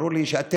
ברור לי שאתם